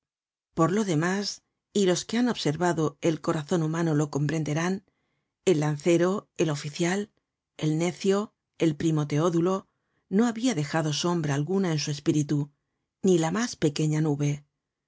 por lo demás y los que han observado el corazon humano lo comprenderán el lancero el oficial el necio el primo teodulo no habia dejado sombra alguna en su espíritu ni la mas pequeña nube